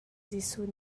jesuh